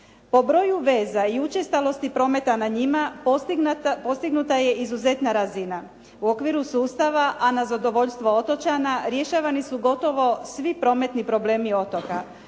Po broju veza i učestalosti prometa na njima postignuta je izuzetna razina u okviru sustava, a na zadovoljstvo otočana rješavani su gotovo svi prometni problemi otoka.